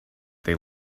they